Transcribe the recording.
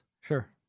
Sure